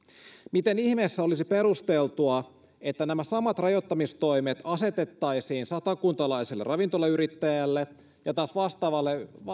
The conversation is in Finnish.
miten ihmeessä olisi perusteltua että nämä samat rajoittamistoimet asetettaisiin satakuntalaiselle ravintoyrittäjälle ja taas vastaavasti